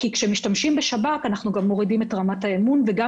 כי כשמשתמשים בשב"כ אנחנו גם מורידים את רמת האמון וזה